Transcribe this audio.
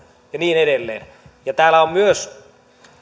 ja niin edelleen täällä on myös